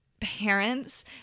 parents